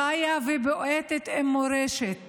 חיה ובועטת, עם מורשת